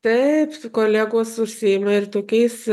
taip su kolegos užsiima ir tokiais